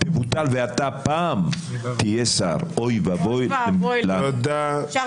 תנו לי איזה מכונת תעמולה ואני אהפוך, כמו שאמר